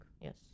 Yes